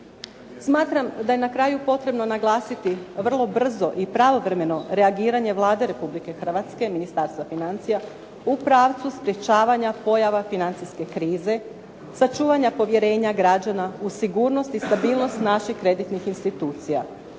Smatram da je na kraju potrebno naglasiti vrlo brzo i pravovremeno reagiranje Vlade Republike Hrvatske, Ministarstva financija u pravcu sprečavanja financijske krize, sačuvanja povjerenja građana u sigurnost i stabilnost naših kreditnih institucija.